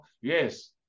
Yes